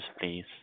please